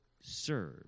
serve